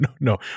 no